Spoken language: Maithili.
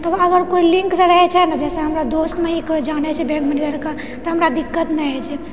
तऽ अगर कोइ लिङ्कसँ रहै छै ने जहिसँ हमरा दोस्तमे ही कोइ जानै छै तऽ बैंक मेनेजरकेँ तऽ हमरा दिक्कत नहि होइ छै